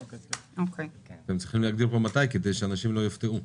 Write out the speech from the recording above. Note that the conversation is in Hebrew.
אתם צריכים להגדיר פה מתי כדי שאנשים לא יופתעו.